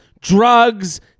drugs